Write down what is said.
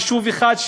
יישוב אחד,